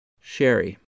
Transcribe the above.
Sherry